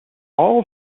all